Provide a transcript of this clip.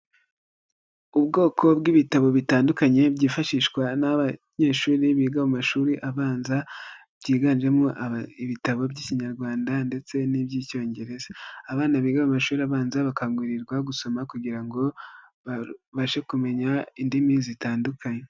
uUbwoko bw'ibitabo bitandukanye byifashishwa n'abanyeshuri biga mu mashuri abanza, byiganjemo ibitabo by'Ikinyarwanda ndetse n'iby'icyongereza, abana biga mu mashuri abanza bakangurirwa gusoma kugira ngo babashe kumenya indimi zitandukanye.